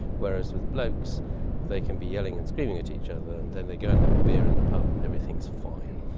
whereas with blokes they can be yelling and screaming at each other and then they go and have a beer in the pub and everything is fine.